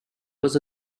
was